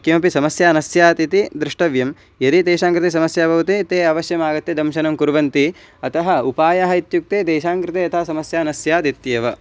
किमपि समस्या न स्यात् इति द्रष्टव्यं यदि तेषाङ्कृते समस्या भवति ते अवश्यम् आगत्य दंशनं कुर्वन्ति अतः उपायः इत्युक्ते तेषाङ्कृते यथा समस्या न स्यात् इत्येव